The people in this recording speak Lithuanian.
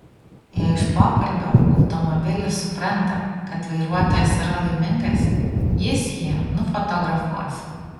jei iš pokalbio automobilis supranta kad vairuotojas yra laimingas jis jį nufotografuos